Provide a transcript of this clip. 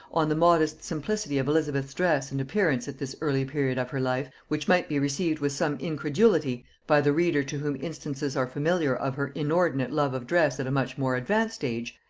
on the modest simplicity of elizabeth's dress and appearance at this early period of her life, which might be received with some incredulity by the reader to whom instances are familiar of her inordinate love of dress at a much more advanced age,